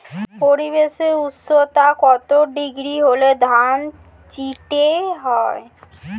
পরিবেশের উষ্ণতা কত ডিগ্রি হলে ধান চিটে হয়?